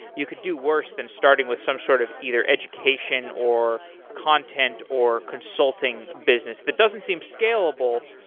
you could do worse than starting with some sort of either education, or content, or consulting business. that doesn't seem scalable,